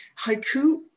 haiku